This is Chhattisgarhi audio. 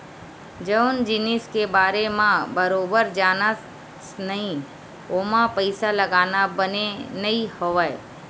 जउन जिनिस के बारे म बरोबर जानस नइ ओमा पइसा लगाना बने नइ होवय